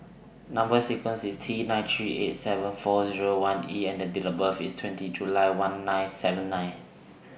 Number sequence IS T nine three eight seven four Zero one E and Date of birth IS twenty July one nine seven nine